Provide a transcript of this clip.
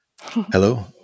Hello